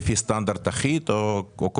הנושא הראשון שעל סדר היום הוא הארכת